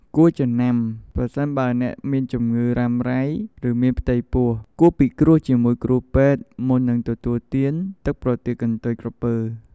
គួរចំណាំប្រសិនបើអ្នកមានជំងឺរ៉ាំរ៉ៃ ឬមានផ្ទៃពោះ គួរពិគ្រោះជាមួយគ្រូពេទ្យមុននឹងទទួលទានទឹកប្រទាលកន្ទុយក្រពើ។